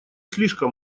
слишком